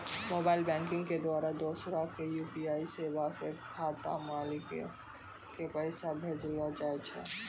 mobile banking के द्वारा दोसरा के यू.पी.आई सेबा से खाता मालिको के पैसा भेजलो जाय छै